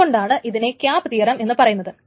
ഇതുകൊണ്ടാണ് ഇതിനെ CAP theorem എന്നു പറയുന്നത്